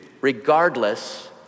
regardless